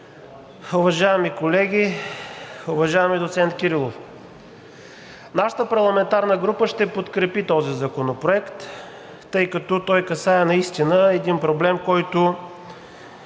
уважаеми колеги! Уважаеми доцент Кирилов, нашата парламентарна група ще подкрепи този законопроект, тъй като той касае наистина един проблем, който